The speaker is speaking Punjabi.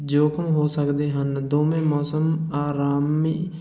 ਜੋਖ਼ਮ ਹੋ ਸਕਦੇ ਹਨ ਦੋਵੇਂ ਮੌਸਮ ਅਰਾਮੀ